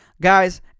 Guys